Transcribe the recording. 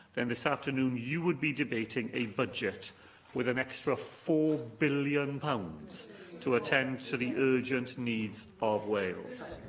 then this afternoon, you would be debating a budget with an extra four billion pounds to attend to the urgent needs of wales.